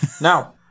Now